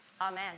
Amen